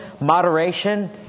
moderation